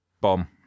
bomb